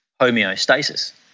homeostasis